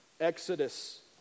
Exodus